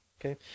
Okay